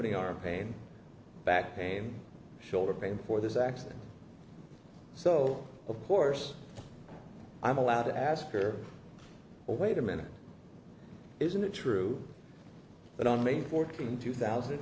any arm pain back pain shoulder pain for this accident so of course i'm allowed to ask her oh wait a minute isn't it true that on may fourteenth two thousand